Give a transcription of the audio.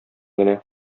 генә